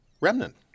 Remnant